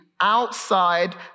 outside